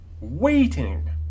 waiting